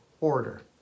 order